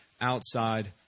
outside